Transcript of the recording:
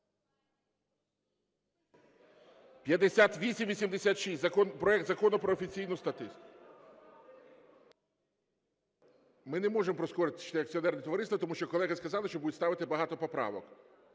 5886. Проект Закону про офіційну статистику. (Шум у залі) Ми не можемо прискорити про акціонерні товариства, тому що колеги сказали, що будуть ставити багато поправок.